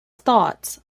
thoughts